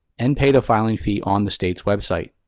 and pay the filing fee on the state's website.